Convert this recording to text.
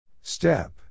Step